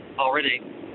already